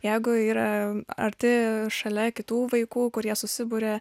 jeigu yra arti šalia kitų vaikų kurie susiburia